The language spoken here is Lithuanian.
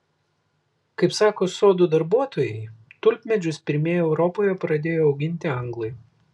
kaip sako sodo darbuotojai tulpmedžius pirmieji europoje pradėjo auginti anglai